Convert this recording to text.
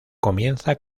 comienza